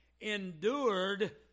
endured